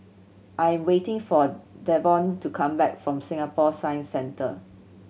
I am waiting for Devaughn to come back from Singapore Science Centre